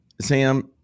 sam